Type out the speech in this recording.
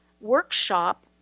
workshop